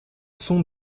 sont